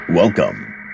Welcome